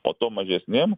o tom mažesnėm